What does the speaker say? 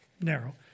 narrow